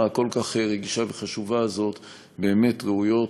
הכל-כך רגישה וחשובה הזאת באמת ראויות